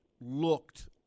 looked